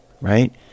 right